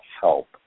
help